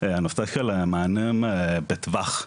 הנושא של מענים בטווח.